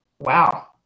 wow